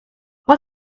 what